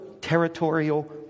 territorial